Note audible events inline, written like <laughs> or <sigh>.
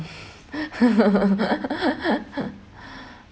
<laughs>